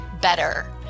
better